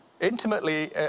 Intimately